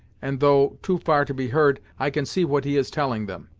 and though too far to be heard, i can see what he is telling them.